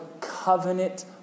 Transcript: covenant